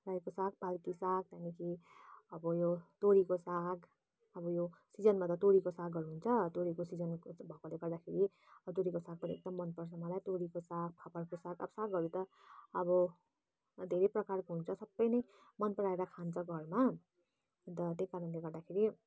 रायोको साग पालकी साग त्यहाँदेखि अब उयो तोरीको साग अब उयो सिजनमा त तोरीको सागहरू हुन्छ तोरीको सिजन भएकोले गर्दाखेरि तोरीको साग पनि एकदम मनपर्छ मलाई तोरीको साग फापरको साग अब सागहरू त अब धेरै प्रकारको हुन्छ सबै नै मनपराएर खान्छ घरमा अन्त त्यही कारणले गर्दाखेरि